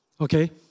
Okay